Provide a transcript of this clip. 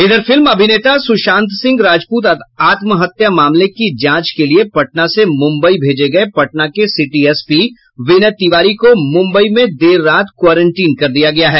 इधर फिल्म अभिनेता सुशांत सिंह राजपूत आत्महत्या मामले की जांच के लिये पटना से मुम्बई भेजे गये पटना के सिटी एसपी विनय तिवारी को मुम्बई में देरा रात क्वारेंटीन कर दिया गया है